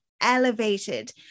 elevated